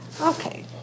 Okay